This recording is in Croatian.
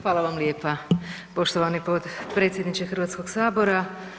Hvala vam lijepa poštovani potpredsjedniče Hrvatskog sabora.